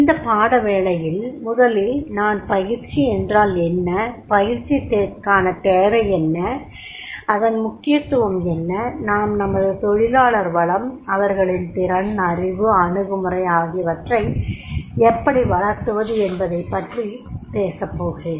இந்தப் பாடவேளையில் முதலில் நான் பயிற்சி என்றால் என்ன பயிற்சிக்கான தேவை என்ன அதன் முக்கியத்துவம் என்ன நாம் நமது தொழிலாளர் வளம் அவர்களின் திறன் அறிவு அணுகுமுறை போன்றவற்றை எப்படி வளர்த்துவது என்பதைப் பற்றி பேசப்போகிறேன்